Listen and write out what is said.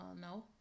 No